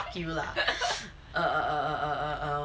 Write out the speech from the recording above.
fuck you lah err err err